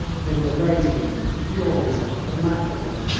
they were raging, furious, fanatical,